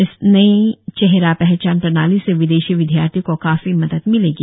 इस नई चेहरा पहचान प्रणाली से विदेशी विद्यार्थियों को काफी मदद मिलेगी